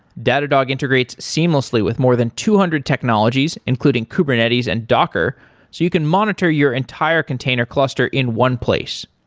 datadog integrates seamlessly with more than two hundred technologies, including kubernetes and docker, so you can monitor your entire container cluster in one place.